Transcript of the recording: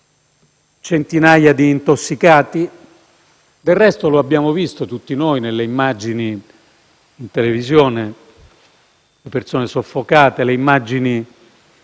centinaia di intossicati. Del resto, tutti abbiamo visto nelle immagini in televisione le persone soffocate. Le immagini